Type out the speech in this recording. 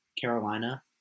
Carolina